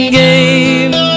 game